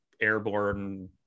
airborne